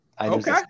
Okay